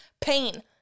pain